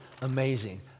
amazing